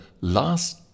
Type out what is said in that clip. last